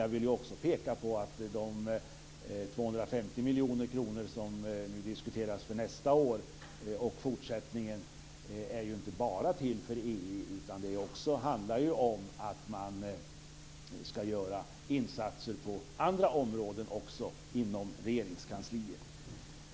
Jag vill också peka på att de 250 miljoner kronor som nu diskuteras för nästa år och fortsättningen inte bara är till för EU, utan det handlar också om insatser på andra områden, också inom Regeringskansliet.